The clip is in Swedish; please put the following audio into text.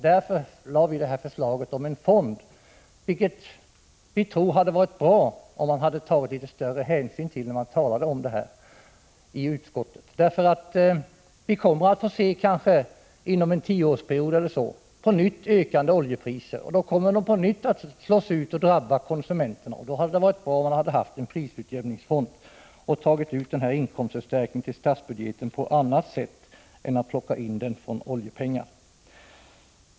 Därför lade vi fram vårt förslag om en fond. Vi tror att det hade varit bra om utskottet hade tagit litet större hänsyn till det. Vi kommer kanske inom en tioårsperiod att på nytt få ökande oljepriser. Då kommer åter konsumenterna att drabbas. I ett sådant läge skulle det ha varit bra om vi haft en prisutjämningsfond och kunnat ta ut en inkomstförstärkning till statsbudgeten på annat sätt än genom att plocka in den via oljepengar.